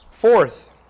Fourth